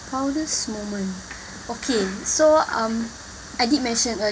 proudest moment okay so um I did mention earlier